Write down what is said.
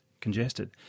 congested